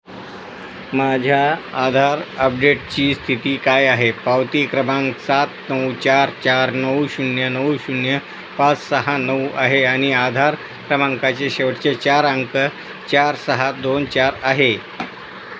माझ्या आधार अपडेटची स्थिती काय आहे पावती क्रमांक सात नऊ चार चार नऊ शून्य नऊ शून्य पाच सहा नऊ आहे आणि आधार क्रमांकाचे शेवटचे चार अंक चार सहा दोन चार आहे